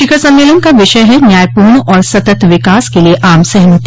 शिखर सम्मेलन का विषय है न्यायपूर्ण और सतत विकास के लिए आम सहमति